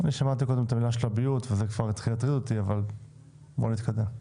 אני שמעתי קודם את המילה שלביות וזה כבר הטריד אותי אבל בואו נתקדם.